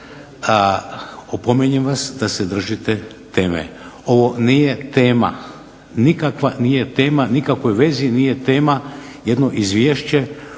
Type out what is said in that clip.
nije tema, ni u kakvoj vezi nije tema jedno izvješće